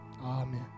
Amen